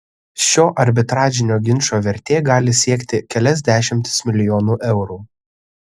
šio arbitražinio ginčo vertė gali siekti kelias dešimtis milijonų eurų